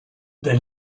they